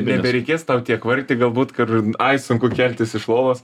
nebereikės tau tiek vargti galbūt kur ai sunku keltis iš lovos